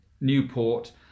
Newport